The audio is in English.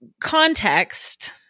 context